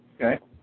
Okay